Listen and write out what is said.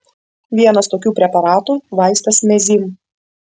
vienas tokių preparatų vaistas mezym